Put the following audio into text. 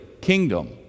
kingdom